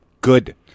Good